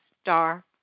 star